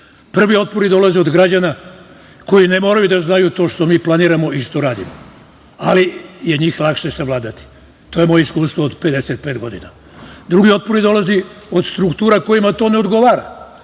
Prvi otpori dolaze od građana koji ne moraju da znaju to što mi planiramo i što radimo, ali je njih lakše savladati. To je moje iskustvo od 55 godina. Drugi otpori dolaze od struktura kojima to ne odgovara,